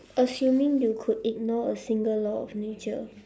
assuming you could ignore a single law of nature